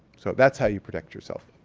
so, that's how you protect yourself.